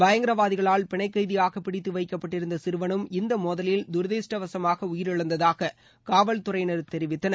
பயங்கரவாதிகளால் பிணைக் கைதியாக பிடித்து வைக்கப்பட்டிருந்த சிறுவனும் இந்த மோதலில் தூரதிஷ்டவசமாக உயிரிழந்ததாக காவல்துறையினர் தெரிவித்தனர்